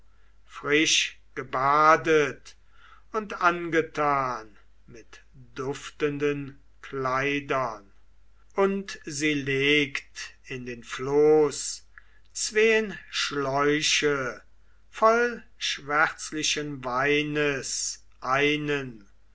kalypso frischgebadet und angetan mit duftenden kleidern und sie legt in den floß zween schläuche voll schwärzlichen weines einen